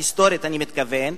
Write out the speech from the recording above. היסטורית אני מתכוון,